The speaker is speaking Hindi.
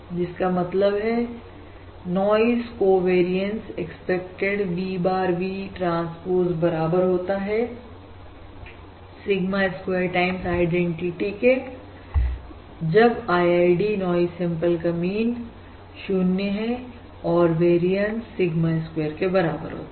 जिसका मतलब है noise covariance expected V bar V transpose बराबर होता है सिग्मा स्क्वेयर टाइम आईडेंटिटी जब IID नॉइज सैंपल का मीन 0 है और वेरियंस सिग्मा स्क्वायर के बराबर होता है